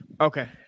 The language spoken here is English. Okay